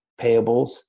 payables